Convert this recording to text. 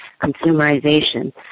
consumerization